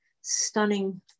stunning